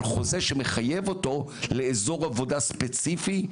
חוזה שמחייב אותו לאזור עבודה ספציפי,